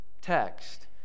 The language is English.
text